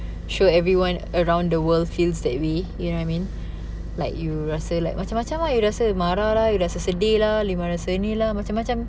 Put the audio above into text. sure everyone around the world feels that way you know what I mean like you rasa like macam-macam lah you rasa marah lah you rasa sedih lah you rasa ni lah macam-macam